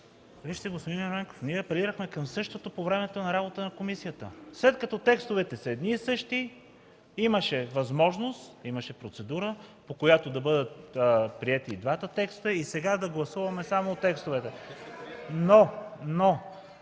Вижте, господин Ерменков, ние апелирахме към същото по време на работата на комисията. След като текстовете са едни и същи, имаше възможност, имаше процедура, по която да бъдат приети и двата текста, и сега да гласуваме само текстовете. (Реплики